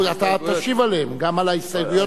אבל אני שומר את הזכות להודות בסוף.